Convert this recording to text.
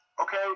okay